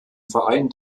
verein